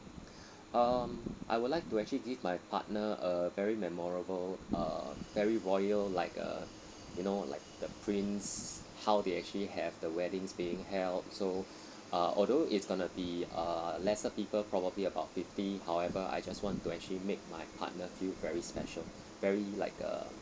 um I would like to actually give my partner a very memorable err very royal like uh you know like the prince how they actually have the weddings being held so uh although it's gonna be uh lesser people probably about fifty however I just want to actually make my partner feel very special very like uh